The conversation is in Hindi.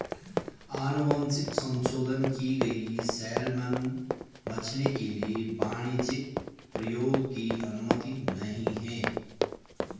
अनुवांशिक संशोधन की गई सैलमन मछली के लिए वाणिज्यिक प्रयोग की अनुमति नहीं है